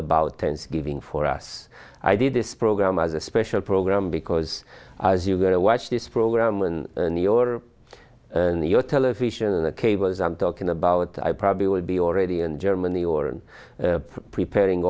about tense giving for us i did this program as a special program because as you go to watch this program and your and your television and the cables i'm talking about i probably would be already in germany or in preparing